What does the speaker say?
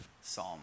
Psalm